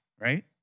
right